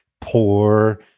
poor